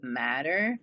matter